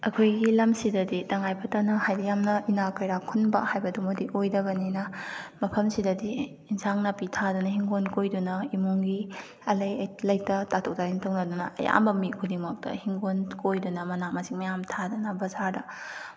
ꯑꯩꯈꯣꯏꯒꯤ ꯂꯝꯁꯤꯗꯗꯤ ꯇꯉꯥꯏ ꯐꯗꯅ ꯍꯥꯏꯗꯤ ꯌꯥꯝꯅ ꯏꯅꯥ ꯀꯩꯔꯥ ꯈꯨꯟꯕ ꯍꯥꯏꯕꯗꯨꯃꯗꯤ ꯑꯣꯏꯗꯕꯅꯤꯅ ꯃꯐꯝꯁꯤꯗꯗꯤ ꯏꯟꯁꯥꯡ ꯅꯥꯄꯤ ꯊꯥꯗꯅ ꯍꯤꯡꯒꯣꯜ ꯀꯣꯏꯗꯨꯅ ꯏꯃꯨꯡꯒꯤ ꯑꯂꯩ ꯂꯩꯇ ꯇꯥꯊꯣꯛ ꯇꯥꯁꯤꯟ ꯇꯧꯅꯗꯅ ꯑꯌꯥꯝꯕ ꯃꯤ ꯈꯨꯗꯤꯡꯃꯛꯇ ꯍꯤꯡꯒꯣꯜ ꯀꯣꯏꯗꯅ ꯃꯅꯥ ꯃꯁꯤꯡ ꯃꯌꯥꯝ ꯊꯥꯗꯅ ꯕꯖꯥꯔꯗ